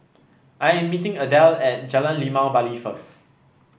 I am meeting Adele at Jalan Limau Bali first